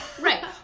right